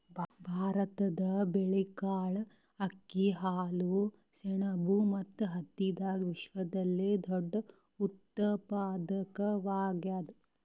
ಭಾರತ ಬೇಳೆಕಾಳ್, ಅಕ್ಕಿ, ಹಾಲು, ಸೆಣಬು ಮತ್ತು ಹತ್ತಿದಾಗ ವಿಶ್ವದಲ್ಲೆ ದೊಡ್ಡ ಉತ್ಪಾದಕವಾಗ್ಯಾದ